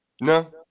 no